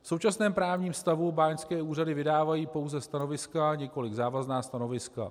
V současném právním stavu báňské úřady vydávají pouze stanoviska, nikoliv závazná stanoviska.